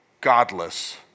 godless